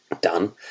done